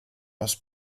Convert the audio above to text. aus